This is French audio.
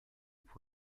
pour